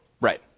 Right